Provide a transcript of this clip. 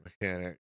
mechanic